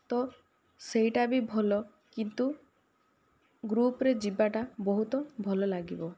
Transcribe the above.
ତ ସେଇଟା ବି ଭଲ କିନ୍ତୁ ଗ୍ରୁପ୍ରେ ଯିବାଟା ବହୁତ ଭଲଲାଗିବ